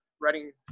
writing